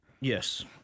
Yes